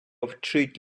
вчить